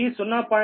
ఈ 0